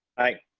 aye.